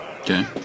Okay